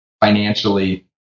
financially